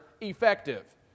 effective